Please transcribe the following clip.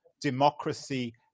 democracy